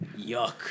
Yuck